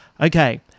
Okay